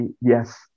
yes